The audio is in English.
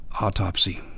autopsy